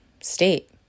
state